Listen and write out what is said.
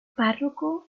párroco